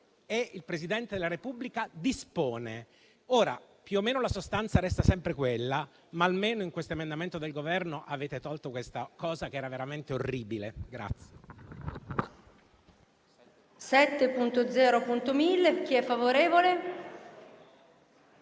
e il Presidente della Repubblica dispone. Ora, più o meno la sostanza resta sempre quella, ma almeno in questo emendamento del Governo avete tolto questa frase che era veramente orribile.